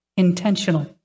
intentional